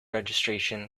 registration